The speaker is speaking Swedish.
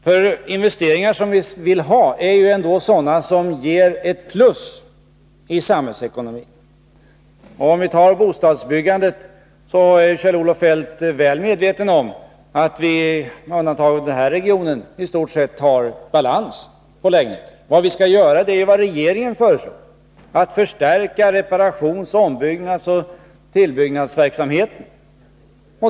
De investeringar vi vill ha är ju ändå sådana som ger ett plus i samhällsekonomin. Vad beträffar bostadsbyggandet är ju Kjell-Olof Feldt väl medveten om att vi, med undantag av Stockholmsregionen, i stort sett har balans när det gäller lägenheter. På det området bör vi naturligtvis göra vad regeringen föreslår, nämligen förstärka reparations-, ombyggnadsoch tillbyggnadsverksamheten.